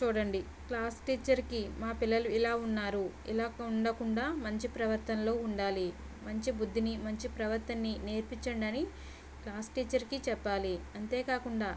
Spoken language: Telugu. చూడండి క్లాస్ టీచర్కి మా పిల్లలు ఇలా ఉన్నారు ఇలాగ ఉండకుండా మంచి ప్రవర్తనలో ఉండాలి మంచి బుద్ధిని మంచి ప్రవర్తన్ని నేర్పించండి అని క్లాస్ టీచర్కి చెప్పాలి అంతేకాకుండా